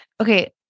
Okay